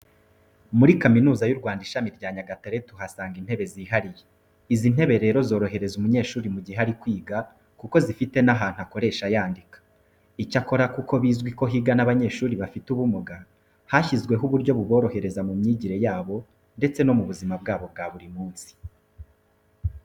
Muri Kaminuza y'u Rwanda, Ishami rya Nyagatare tuhasanga intebe zihariye. Izi ntebe rero zorohereza umunyeshuri mu gihe ari kwiga kuko zifite n'ahantu akoresha yandika. Icyakora kuko bizwi ko higa n'abanyeshuri bafite ubumuga hashyizweho uburyo buborohereza mu myigire yabo ndetse no mu buzima bwabo bw'ishuri.